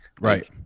Right